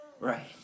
right